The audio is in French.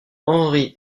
henry